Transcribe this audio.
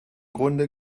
grunde